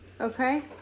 Okay